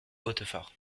hautefort